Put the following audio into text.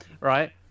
right